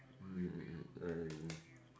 mm I